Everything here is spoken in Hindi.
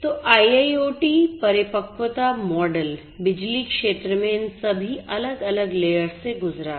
तो IIoT परिपक्वता मॉडल बिजली क्षेत्र में इन सभी अलग अलग लेयर्स से गुजरा है